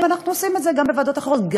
ואנחנו עושים את זה גם בוועדות אחרות גם,